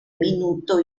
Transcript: minuto